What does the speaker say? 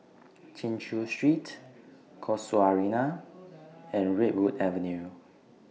Chin Chew Street Casuarina and Redwood Avenue